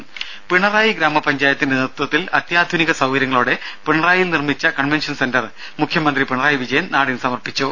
ടെട പിണറായി ഗ്രാമപഞ്ചായത്തിന്റെ നേത്വത്വത്തിൽ അത്യാധുനിക സൌകര്യങ്ങളോടെ പിണറായിയിൽ നിർമിച്ച കൺവെൻഷൻ സെന്റർ മുഖ്യമന്ത്രി പിണറായി വിജയൻ നാടിന് സമർപ്പിച്ചു